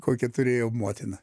kokią turėjo motino